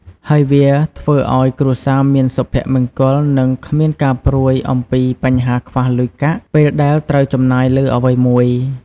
ហើយវាធ្វើឲ្យគ្រួសារមានសុភមង្គលនិងគ្មានការព្រួយអំពីបញ្ហាខ្វះលុយកាក់ពេលដែលត្រូវចំណាយលើអ្វីមួយ។